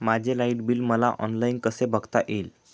माझे light bill मला online कसे बघता येईल?